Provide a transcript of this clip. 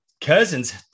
Cousins